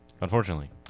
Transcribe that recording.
Unfortunately